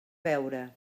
beure